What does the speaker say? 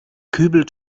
kübelt